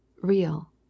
real